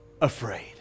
afraid